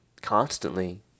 constantly